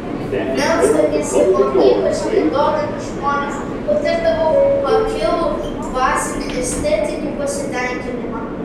melsdamiesi o ypač giedodami žmonės patirdavo pakilų dvasinį estetinį pasitenkinimą